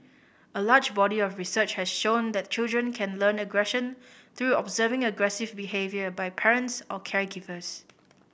a large body of research has shown that children can learn aggression through observing aggressive behaviour by parents or caregivers